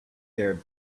their